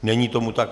Není tomu tak.